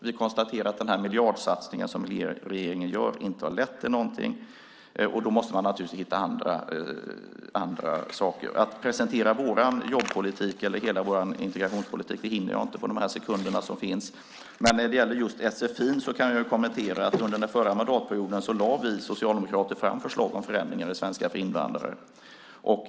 Vi konstaterar att den här miljardsatsningen som regeringen gör inte har lett till någonting, och då måste man naturligtvis hitta på andra saker. Jag hinner inte presentera vår jobbpolitik, eller hela vår integrationspolitik, på de sekunder som finns kvar. Men när det gäller just sfi kan jag konstatera att vi socialdemokrater under den förra mandatperioden lade fram förslag om förändringar av svenska för invandrare.